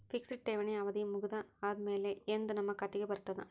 Fixed ಠೇವಣಿ ಅವಧಿ ಮುಗದ ಆದಮೇಲೆ ಎಂದ ನಮ್ಮ ಖಾತೆಗೆ ಬರತದ?